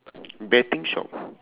betting shop